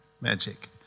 Magic